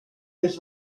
dus